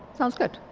sounds good.